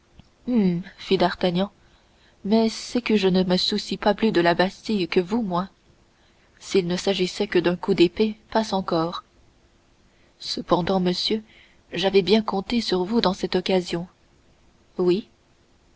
d'artagnan mais c'est que je ne me soucie pas plus de la bastille que vous moi s'il ne s'agissait que d'un coup d'épée passe encore cependant monsieur j'avais bien compté sur vous dans cette occasion oui